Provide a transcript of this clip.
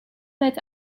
let